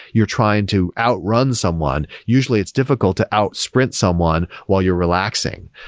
you're trying to outrun someone. usually it's difficult to outsprint someone while you're relaxing.